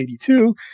1982